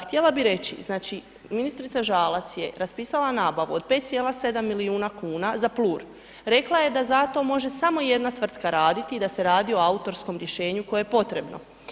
Htjela bih reći, znači ministrica Žalac je raspisala nabavu od 5,7 milijuna kuna za PLUR, rekla je da za to može samo jedna tvrtka raditi i da se radi o autorskom rješenju koje je potrebno.